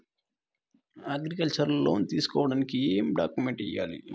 Agriculture loan తీసుకోడానికి ఏం డాక్యుమెంట్లు ఇయ్యాలి?